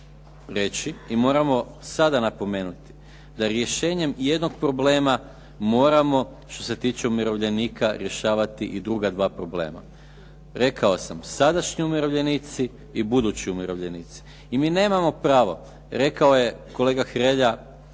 reći i moramo sada napomenuti, da rješenjem jednog problema što se tiče umirovljenika rješavati i druga dva problema. Rekao sam sadašnji umirovljenici i budući umirovljenici. I mi nemamo pravo, rekao je kolega Hrelja